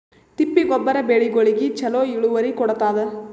ತಿಪ್ಪಿ ಗೊಬ್ಬರ ಬೆಳಿಗೋಳಿಗಿ ಚಲೋ ಇಳುವರಿ ಕೊಡತಾದ?